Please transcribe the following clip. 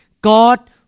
God